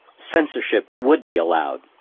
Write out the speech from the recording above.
censorship would be allowed.